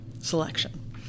selection